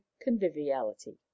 conviviality